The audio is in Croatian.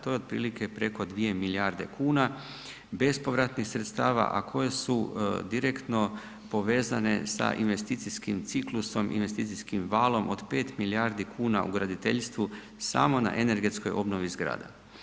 TO je otprilike preko 2 milijarde kuna bespovratnih sredstava, a koje su direktno povezane sa investicijskim ciklusom, investicijskim valom od 5 milijardi kuna u graditeljstvu samo na energetskoj obnovi zgrada.